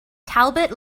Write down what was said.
talbot